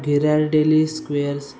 घिरॅल daily squares